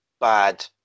bad